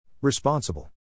Responsible